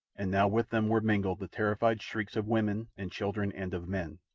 and now with them were mingled the terrified shrieks of women and children and of men.